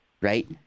right